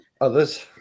others